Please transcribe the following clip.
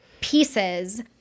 pieces